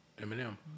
Eminem